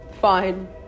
Fine